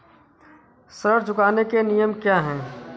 ऋण चुकाने के नियम क्या हैं?